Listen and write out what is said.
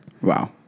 Wow